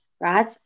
right